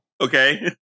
Okay